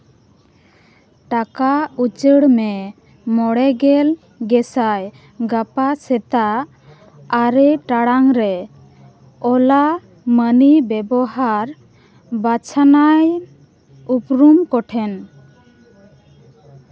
ᱴᱟᱠᱟ ᱩᱪᱟᱹᱲ ᱢᱮ ᱢᱚᱬᱮ ᱜᱮᱞ ᱜᱮᱥᱟᱭ ᱜᱟᱯᱟ ᱥᱮᱛᱟᱜ ᱟᱨᱮ ᱴᱟᱲᱟᱝ ᱨᱮ ᱳᱞᱟ ᱢᱟᱹᱱᱤ ᱵᱮᱵᱚᱦᱟᱨ ᱵᱟᱪᱷᱱᱟᱭ ᱩᱯᱨᱩᱢ ᱠᱚᱴᱷᱮᱱ